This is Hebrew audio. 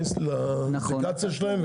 לאפליקציה שלהם,